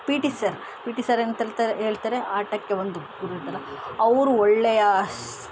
P T sir P T sir ಅಂಥೇಳ್ತಾರೆ ಹೇಳ್ತಾರೆ ಆಟಕ್ಕೆ ಒಂದು ಗುರು ಅವರು ಒಳ್ಳೆಯ